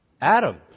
Adam